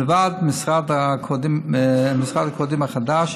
מלבד מכרז הקודים החדש,